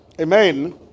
Amen